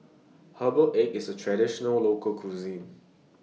Herbal Egg IS A Traditional Local Cuisine